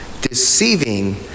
deceiving